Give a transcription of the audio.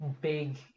big